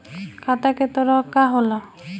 खाता क तरह के होला?